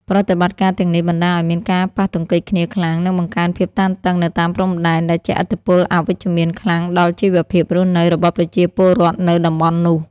ប្រតិបត្តិការទាំងនេះបណ្ដាលឱ្យមានការប៉ះទង្គិចគ្នាខ្លាំង និងបង្កើនភាពតានតឹងនៅតាមព្រំដែន ដែលជះឥទ្ធិពលអវិជ្ជមានខ្លាំងដល់ជីវភាពរស់នៅរបស់ប្រជាពលរដ្ឋនៅតំបន់នោះ។